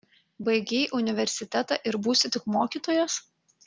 baigei universitetą ir būsi tik mokytojas